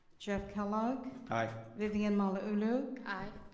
jeff kellogg. i. vivian malauulu. i.